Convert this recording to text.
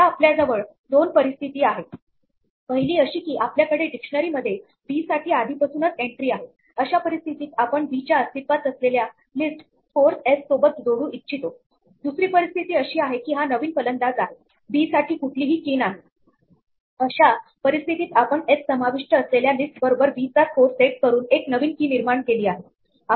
आता आपल्या जवळ दोन परिस्थिती आहे पहिली अशी की आपल्याकडे डिक्शनरी मध्ये बी साठी आधीपासूनच एन्ट्री आहे अशा परिस्थितीत आपण बी च्या अस्तित्वात असलेल्या लिस्ट स्कॉर्स एस सोबत जोडू इच्छितो दुसरी परिस्थिती अशी आहे की हा नवीन फलंदाज आहे बी साठी कुठलीही की नाही अशा परिस्थितीत आपण एस समाविष्ट असलेल्या लिस्ट बरोबर बी चा स्कोर सेट करून एक नवीन की निर्माण केली आहे